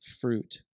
fruit